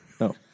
No